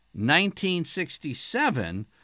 1967